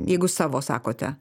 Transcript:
jeigu savo sakote